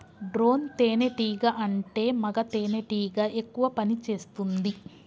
drone తేనే టీగా అంటే మగ తెనెటీగ ఎక్కువ పని చేస్తుంది